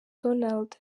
donald